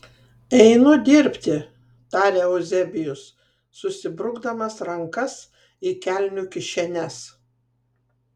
einu dirbti tarė euzebijus susibrukdamas rankas į kelnių kišenes